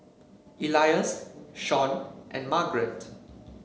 Elias Shawn and Margarett